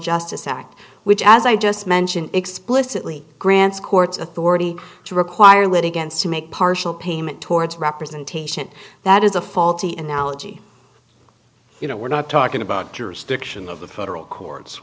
justice act which as i just mentioned explicitly grants court's authority to require litigants to make partial payment towards representation that is a faulty and knology you know we're not talking about jurisdiction of the federal courts